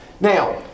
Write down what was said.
Now